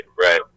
right